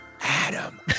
Adam